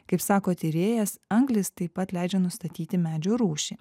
kaip sako tyrėjas anglys taip pat leidžia nustatyti medžių rūšį